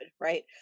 right